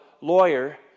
lawyer